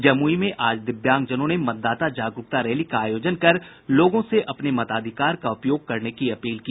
जमुई में आज दिव्यांग जनों ने मतदाता जागरूकता रैली का आयोजन कर लोगों से अपने मताधिकार का उपयोग करने की अपील की